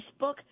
Facebook